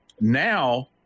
Now